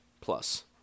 plus